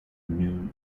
new